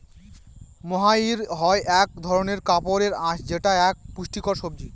মহাইর হয় এক ধরনের কাপড়ের আঁশ যেটা এক পুষ্টিকর সবজি